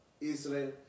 Israel